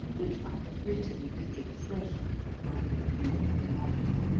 which i have written as the expression of my own individuality.